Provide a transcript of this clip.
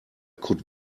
could